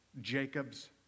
Jacob's